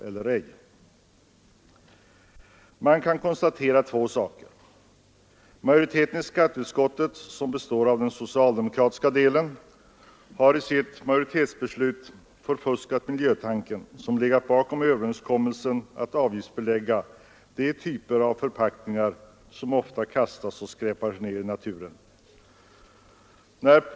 Den socialdemokratiska majoriteten i skatteutskottet har förfuskat den miljövårdstanke som låg bakom överenskommelsen att avgiftsbelägga den typ av förpackningar som ofta kastas och skräpar ned i naturen.